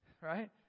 Right